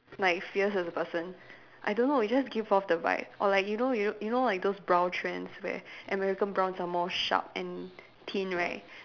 like fierce as a person I don't know it just give off the vibe or like you know you know you know like those brow trends where American brows are more sharp and thin right